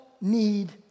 need